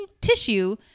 tissue